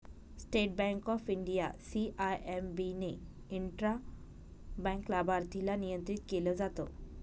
state Bank of India, CIMB ने intra bank लाभार्थीला नियंत्रित केलं जात